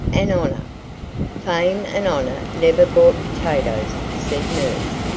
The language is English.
and honour. fame and honour never bought potatoes, said nurse.